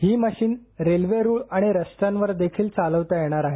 ही machine railway रूळ आणि रस्त्यावर देखील चालविता येणार आहे